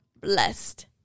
blessed